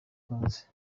tutazi